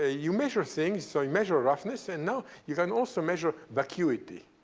ah you measure things, so measure roughness. and, now, you can also measure vacuity,